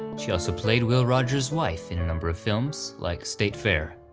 she also played will rogers wife in a number of films, like state fair.